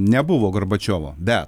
nebuvo gorbačiovo bet